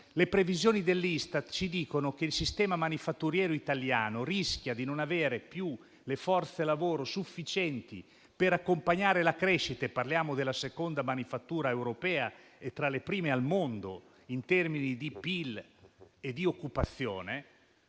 Le previsioni dell'Istat ci dicono che il sistema manifatturiero italiano rischia di non avere più le forze lavoro sufficienti per accompagnare la crescita (e parliamo della seconda manifattura europea e tra le prime al mondo in termini di PIL e di occupazione).